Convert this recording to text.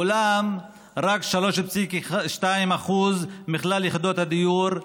אולם רק 3.2% מכלל יחידות הדיור,